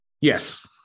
Yes